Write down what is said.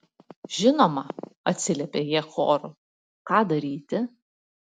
žinoma atsiliepė jie choru ką daryti